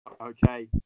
Okay